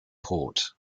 port